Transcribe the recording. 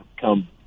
come